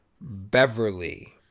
Beverly